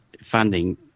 funding